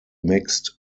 mixed